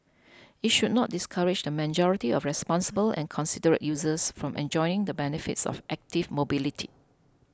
it should not discourage the majority of responsible and considerate users from enjoying the benefits of active mobility